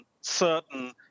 certain